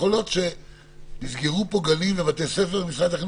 אחרת יכול להיות שיסגרו גנים ובתי ספר ומשרד החינוך